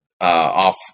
off